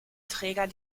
träger